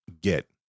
get